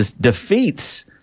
defeats